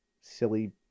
silly